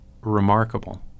remarkable